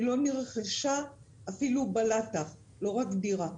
לא נרכשה אפילו בלטה, לא רק דירה.